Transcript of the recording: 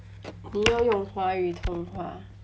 你要用华语通话